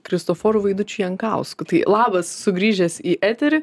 kristoforu vaidučiu jankausku tai labas sugrįžęs į eterį